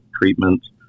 treatments